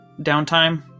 downtime